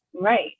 Right